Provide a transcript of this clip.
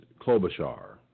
Klobuchar